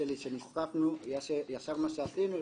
ישר מה שעשינו,